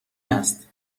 است